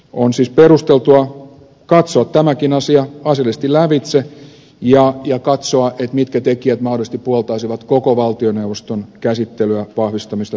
on siis perusteltua katsoa tämäkin asia asiallisesti lävitse ja katsoa mitkä tekijät mahdollisesti puoltaisivat koko valtioneuvoston käsittelyä vahvistamisesta päätettäessä